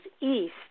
East